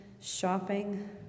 shopping